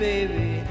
baby